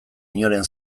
inoren